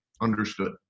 Understood